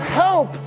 help